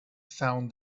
found